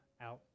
out